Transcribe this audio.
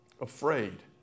Afraid